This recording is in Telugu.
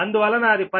అందువలన అది p